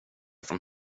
från